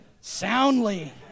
soundly